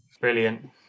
Brilliant